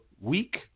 week